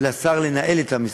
לנהל אותו.